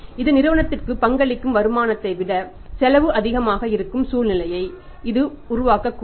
இது நிறுவனத்திற்கு பங்களிக்கும் வருமானத்தை விட செலவு அதிகமாக இருக்கும் சூழ்நிலையை இது உருவாக்கக்கூடும்